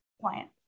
client